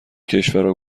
کشورا